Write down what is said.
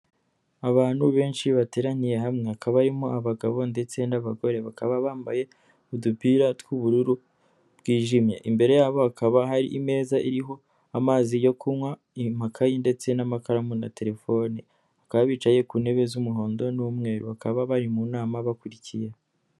abantu benshi bateraniye hamwe hakabamo abagabo ndetse n'abagore, bakaba bambaye udupira tw'ubururu bwijimye, imbere yabo hakaba hari ameza iriho amazi yo kunywa, amakayi ndetse n'amakaramu na terefone, bakaba bicaye ku ntebe z'umuhondo n'umweru bakaba bari mu nama bakurikiye.